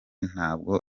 ntabwo